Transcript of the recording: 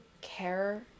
care